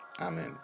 Amen